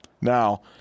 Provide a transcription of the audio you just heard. Now